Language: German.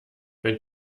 wenn